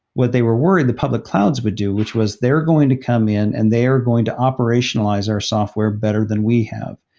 what they were worried the public clouds would do, which was they're going to come in and they are going to operationalize our software better than we have.